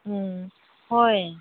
ꯎꯝ ꯍꯣꯏ